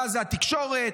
ואז התקשורת.